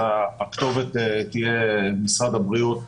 הכתובת תהיה משרד הבריאות,